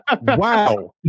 Wow